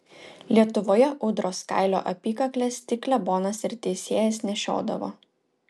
lietuvoje ūdros kailio apykakles tik klebonas ir teisėjas nešiodavo